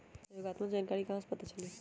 सहयोगात्मक जानकारी कहा से पता चली?